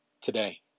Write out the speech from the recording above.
today